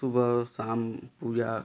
सुबह और शाम पूजा